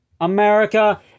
America